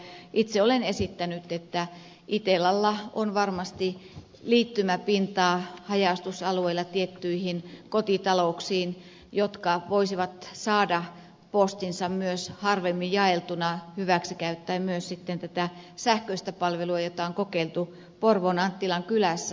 itse olen esittänyt että itellalla on varmasti liittymäpintaa haja asutusalueilla tiettyihin kotitalouksiin jotka voisivat saada postinsa myös harvemmin jaeltuna jolloin käytettäisiin hyväksi myös tätä sähköistä palvelua jota on kokeiltu porvoon anttilan kylässä